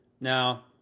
Now